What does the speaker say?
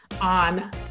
on